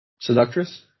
Seductress